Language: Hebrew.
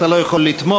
אתה לא יכול לתמוך,